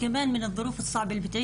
בנוסף לכל זה היא גם סובלת מאלימות מבן הזוג